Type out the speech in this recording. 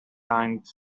kind